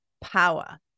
power